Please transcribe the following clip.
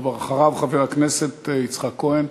אחריו, חבר הכנסת יצחק כהן.